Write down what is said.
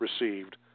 received